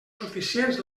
suficients